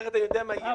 אחרת אני יודע מה יהיה.